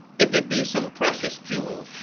if it be some precious jewel,